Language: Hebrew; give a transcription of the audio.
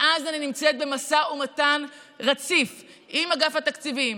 מאז אני נמצאת במשא ומתן רציף עם אגף התקציבים,